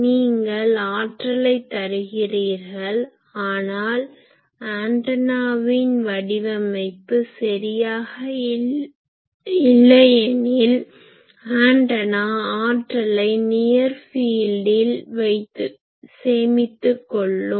நீங்கள் ஆற்றலை தருகிறீர்கள் ஆனால் ஆன்டனாவின் வடிவமைப்பு சரியாக இல்லையெனில் ஆன்டனா ஆற்றலை நியர் ஃபீல்டில் சேமித்து கொள்ளும்